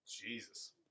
jesus